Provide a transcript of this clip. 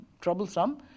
troublesome